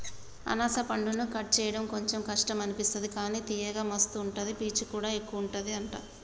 అనాస పండును కట్ చేయడం కొంచెం కష్టం అనిపిస్తది కానీ తియ్యగా మస్తు ఉంటది పీచు కూడా ఎక్కువుంటది అంట